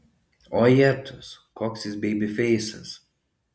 o jetus koks jis beibifeisas